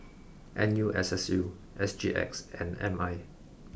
N U S S U S G X and M I